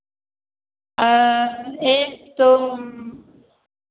एक तो